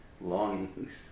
longings